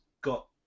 got